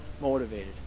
motivated